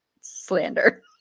slander